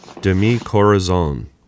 demi-corazon